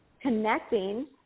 connecting